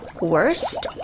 worst